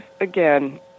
again